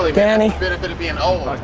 danny. benefit of being old.